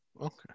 Okay